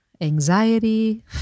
anxiety